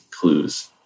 clues